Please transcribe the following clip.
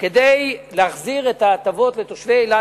כדי להחזיר את ההטבות לתושבי אילת,